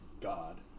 god